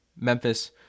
Memphis